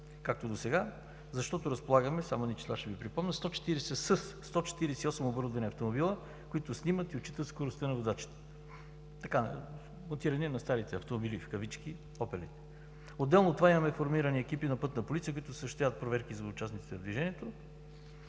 както досега, защото разполагаме, само едни числа ще Ви припомня, със 148 оборудвани автомобила, които снимат и отчитат скоростта на водачите, монтирани на старите автомобили „Опел“. Отделно от това имаме формирани екипи на „Пътна полиция“, които осъществяват проверки за участниците в движението.